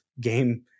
game